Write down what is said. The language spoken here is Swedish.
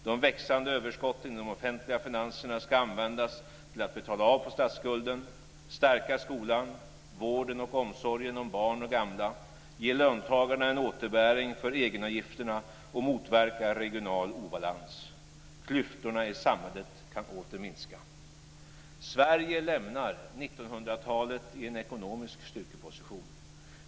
De växande överskotten i de offentliga finanserna ska användas till att betala av på statsskulden, stärka skolan, vården och omsorgen om barn och gamla, ge löntagarna en återbäring för egenavgifterna och motverka regional obalans. Klyftorna i samhället kan åter minska. Sverige lämnar 1900-talet i en ekonomisk styrkeposition.